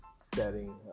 setting